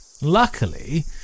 Luckily